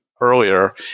earlier